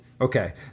Okay